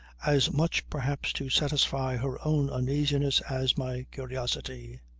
as much perhaps to satisfy her own uneasiness as my curiosity.